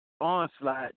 onslaught